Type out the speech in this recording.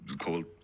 cold